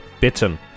bitten